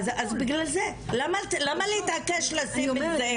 אז בגלל זה, למה להתעקש לשים את זה?